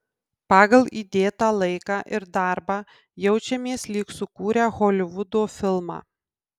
pagal įdėtą laiką ir darbą jaučiamės lyg sukūrę holivudo filmą